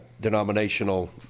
denominational